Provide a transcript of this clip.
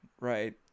right